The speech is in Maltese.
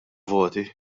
voti